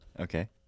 Okay